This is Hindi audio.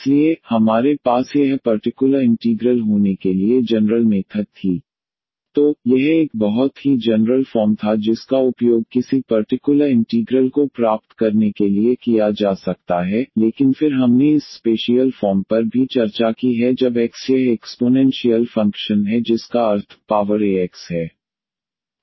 इसलिए हमारे पास यह पर्टिकुलर इंटीग्रल होने के लिए जनरल मेथड थी 1D XeαxXe αxdx तो यह एक बहुत ही जनरल फॉर्म था जिसका उपयोग किसी पर्टिकुलर इंटीग्रल को प्राप्त करने के लिए किया जा सकता है लेकिन फिर हमने इस स्पेशियल फॉर्म पर भी चर्चा की है जब x यह एक्स्पोनेंशियल फंक्शन है जिसका अर्थ e पावर ax है